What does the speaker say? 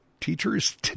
teachers